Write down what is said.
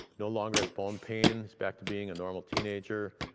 no longer has bone pain, back to being a normal teenager.